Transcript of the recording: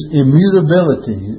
immutability